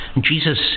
Jesus